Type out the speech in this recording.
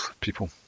people